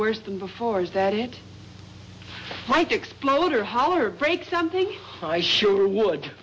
worse than before is that it might explode or holler break something i sure would